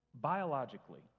Biologically